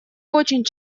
очень